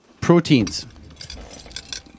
proteins